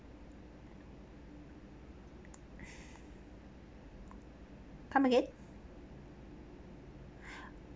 come again